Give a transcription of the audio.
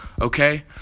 okay